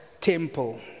temple